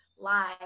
live